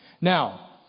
Now